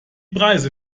preise